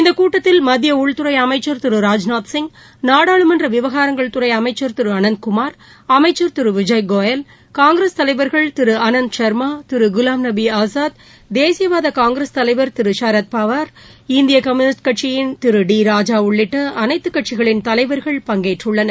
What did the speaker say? இந்தகூட்டத்தில் மத்தியஉள்துறைஅமைச்சள் திரு ராஜ்நாத் சிங் நாடாளுமன்றவிவகாரங்கள் துறைஅமைச்சள் திருஅனந்த் குமா் அமைச்சர் திருவிஜய் கோயல் காங்கிரஸ் தலைவர்கள் திருஆனந்த் சா்மா் திருகுலாம் நபிஆசாத் தேசியவாதகாங்கிரஸ் தலைவர் திரு ஷரத்பாவா் இந்தியகம்யூவிஸ்ட் கட்சியின் திரு டி ராஜாஉள்ளிட்டஅனைத்துகட்சிகளின் தலைவர்கள் பங்கேற்கிறார்கள்